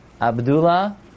Abdullah